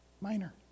minor